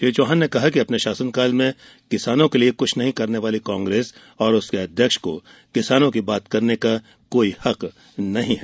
श्री चौहान कहा है कि अपने शासनकाल में किसानों के लिए कृष्ठ नहीं करने वाली कांग्रेस और उसके अध्यक्ष को किसानों की बात करने का कोई हक नहीं हैं